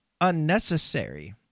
unnecessary